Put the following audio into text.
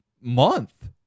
month